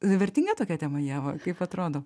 vertinga tokia tema ieva kaip atrodo